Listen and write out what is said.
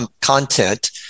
content